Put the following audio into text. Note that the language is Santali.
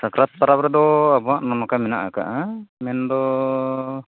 ᱥᱟᱠᱨᱟᱛ ᱯᱚᱨᱚᱵᱽ ᱨᱮᱫᱚ ᱟᱵᱚᱣᱟᱜ ᱱᱚᱝᱠᱟ ᱢᱮᱱᱟᱜ ᱟᱠᱟᱫᱟ ᱢᱮᱱᱫᱚᱻ